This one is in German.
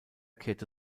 kehrte